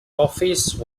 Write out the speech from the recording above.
office